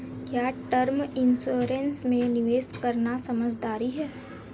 क्या term insurance में निवेश करना समझदारी है?